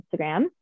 Instagram